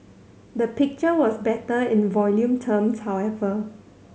the picture was better in volume terms however